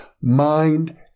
mind